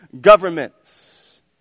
governments